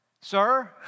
sir